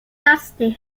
dusty